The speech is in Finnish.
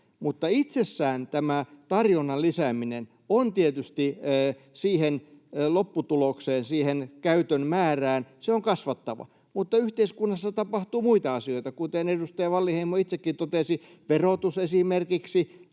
Mutta itsessään tämä tarjonnan lisääminen on tietysti sitä lopputulosta, sitä käytön määrää, kasvattava. Mutta yhteiskunnassa tapahtuu muita asioita, kuten edustaja Wallinheimo itsekin totesi, esimerkiksi